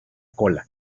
cola